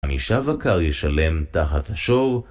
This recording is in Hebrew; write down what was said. חמישה בקר ישלם תחת השור.